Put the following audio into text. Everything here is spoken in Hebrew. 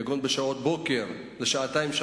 כגון בשעות הבוקר לשעתיים,